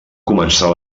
començar